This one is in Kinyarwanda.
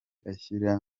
ashyira